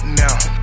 now